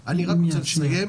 --- אני רק רוצה לסיים,